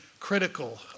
Critical